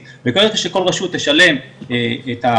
אגרת הגודש מתוכננת להביא סדר גודל של